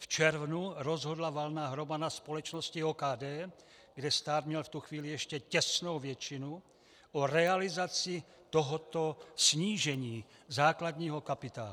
V červnu rozhodla valná hromada společnosti OKD, kde stát měl v tu chvíli ještě těsnou většinu, o realizaci tohoto snížení základního kapitálu.